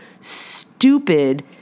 stupid